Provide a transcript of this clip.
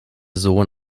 sohn